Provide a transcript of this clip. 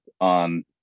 on